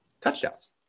touchdowns